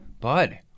bud